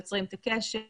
יוצרים את הקשר.